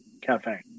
Cafe